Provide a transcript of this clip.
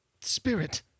Spirit